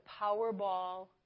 Powerball